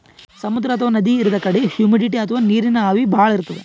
ಸಮುದ್ರ ಅಥವಾ ನದಿ ಇರದ್ ಕಡಿ ಹುಮಿಡಿಟಿ ಅಥವಾ ನೀರಿನ್ ಆವಿ ಭಾಳ್ ಇರ್ತದ್